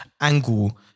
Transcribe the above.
angle